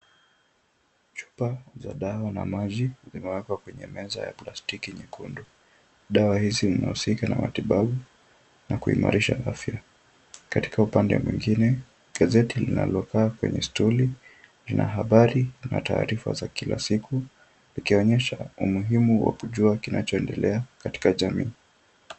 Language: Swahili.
Chupa za dawa na maji zimewekwa kwenye meza ya plastiki nyekundu. Dawa hizi zinahusika na matibabu na kuimarisha afya. Katika upande mwingine, gazeti linalokaa kwenye stool , lina habari na taarifa za kila siku likionyesha umuhimu wa kujua kinachoendelea katika jamii.